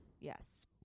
Yes